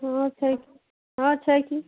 हँ छै की हँ छै की